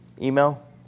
Email